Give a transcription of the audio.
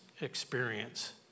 experience